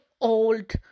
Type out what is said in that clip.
old